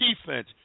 defense